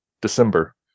December